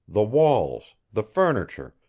the walls, the furniture,